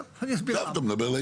עכשיו אתה מדבר לעניין.